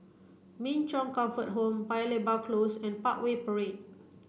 Min Chong Comfort Home Paya Lebar Close and Parkway Parade